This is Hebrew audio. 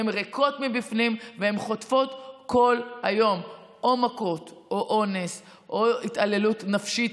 הן ריקות מבפנים והן חוטפות כל יום או מכות או אונס או התעללות נפשית,